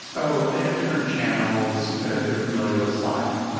oh, they have different channels, if you're familiar with slack.